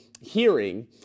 hearing